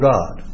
God